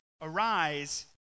arise